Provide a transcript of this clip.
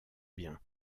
bien